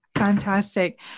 fantastic